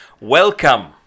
welcome